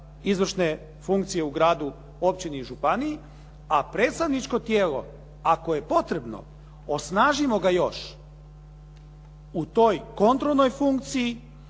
izvršne funkcije u gradu, općini ili županiji, a predstavničko tijelo ako je potrebno, osnažimo ga još u toj kontrolnoj funkciji,